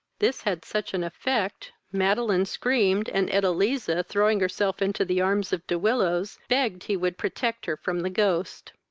this had such an effect, madeline screamed, and edeliza, throwing herself into the arms of de willows, begged he would protect her from the ghost.